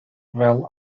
well